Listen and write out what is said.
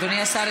אדוני השר,